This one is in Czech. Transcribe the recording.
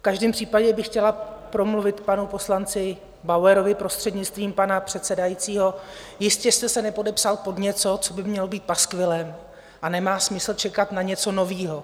V každém případě bych chtěla promluvit k panu poslanci Bauerovi, prostřednictvím pana předsedajícího jistě jste se nepodepsal pod něco, co by mělo být paskvilem, a nemá smysl čekat na něco nového.